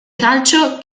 calcio